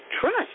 trust